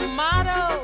motto